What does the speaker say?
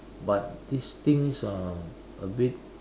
but this things are a bit